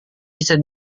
bisa